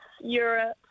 Europe